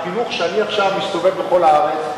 בחינוך, כשאני עכשיו מסתובב בכל הארץ,